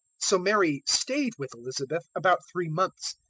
so mary stayed with elizabeth about three months,